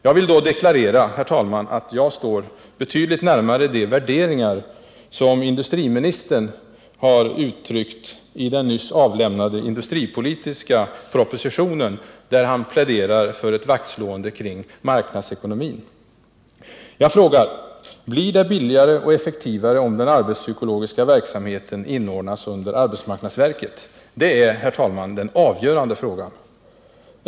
Jag vill då deklarera, herr talman, att jag står betydligt närmare de värderingar som industriministern har uttryckt i den nyss avlämnade industripolitiska propositionen, där han pläderar för ett vaktslående kring marknadsekonomin. Jag frågar: Blir det billigare och effektivare om den arbetspsykologiska verksamheten inordnas under arbetsmarknadsverket? Det är den avgörande frågan.